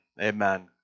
Amen